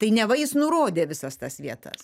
tai neva jis nurodė visas tas vietas